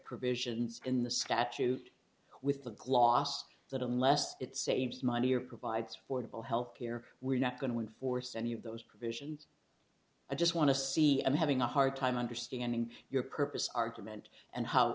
provisions in the statute with the gloss that unless it saves money or provides for people health care we're not going to enforce any of those provisions i just want to see i'm having a hard time understanding your purpose argument and how